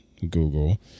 Google